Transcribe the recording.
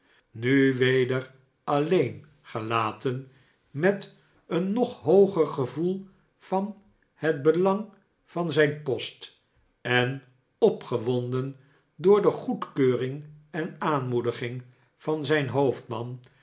nu weder alleen gelaten met eennoghooger gevoel vanhetbelang van zijn post en opgewonden door de goedkeuring en aanmoediging van zijn hoofdman